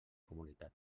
comunitat